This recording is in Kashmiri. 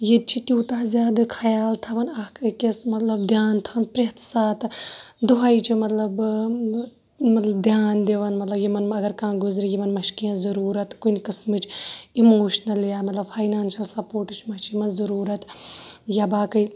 ییٚتہِ چھِ تیوٗتاہ زیادٕ خَیال تھاوان اکھ أکِس مَطلب دیان تھاون پرٛٮ۪تھ ساتہٕ دُہاے چھُ مَطلَب مَطلَب دیان دِوان مَطلَب یِمَن اَگَر کانٛہہ گُزرِ یِمَن ما چھِ کینٛہہ ضروٗرَت کُنہِ قٕسمٕچ اِموشنَل یا مَطلَب فاینانشَل سَپوٹٕچ ما چھِ یِمَن ضروٗرَت یا باقٕے